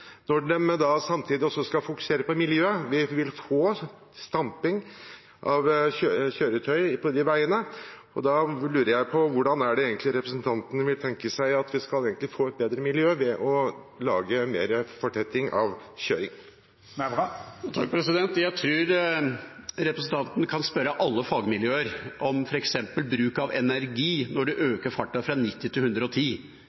når de samtidig også skal fokusere på miljø, for vi vil få stamping av kjøretøy på de veiene. Jeg lurer på hvordan representanten tenker seg at vi får et bedre miljø ved å lage mer fortetting av kjøretøyer. Jeg tror representanten kan spørre alle fagmiljøer om f.eks. bruk av energi når